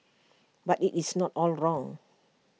but IT is not all wrong